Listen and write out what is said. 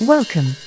Welcome